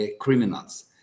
criminals